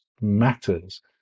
matters